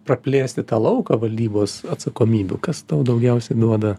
praplėsti tą lauką valdybos atsakomybių kas tau daugiausiai duoda